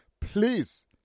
Please